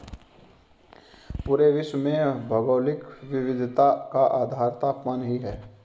पूरे विश्व में भौगोलिक विविधता का आधार तापमान ही है